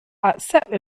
accept